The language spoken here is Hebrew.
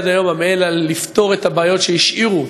עד היום עמל לפתור את הבעיות שהשאירו,